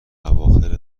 اواخر